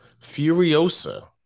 Furiosa